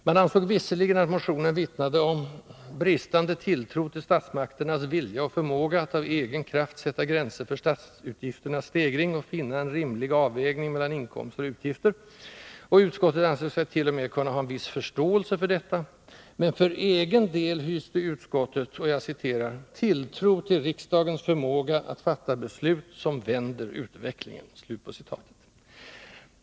Man ansåg visserligen att motionen vittnade om ”bristande tilltro till statsmakternas vilja och förmåga att av egen kraft sätta gränser för statsutgifternas stegring och finna en rimlig avvägning mellan inkomster och utgifter”, och utskottet ansåg sig t.o.m. kunna ha en viss förståelse för detta, men för egen del hyste utskottet ”tilltro till riksdagens förmåga att fatta beslut som vänder utvecklingen”.